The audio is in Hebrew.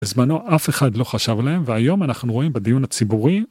בזמנו אף אחד לא חשב עליהם והיום אנחנו רואים בדיון הציבורי